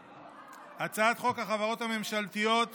בהצעת חוק החברות הממשלתיות (תיקון,